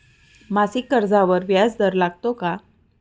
मासिक कर्जावर व्याज दर लागतो का?